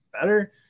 better